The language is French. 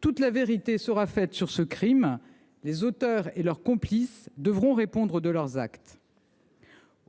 Toute la vérité sera faite sur ce crime. Les auteurs et leurs complices devront répondre de leurs actes.